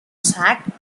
sacked